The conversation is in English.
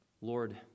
Lord